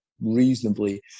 reasonably